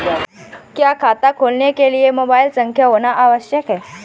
क्या खाता खोलने के लिए मोबाइल संख्या होना आवश्यक है?